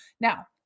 Now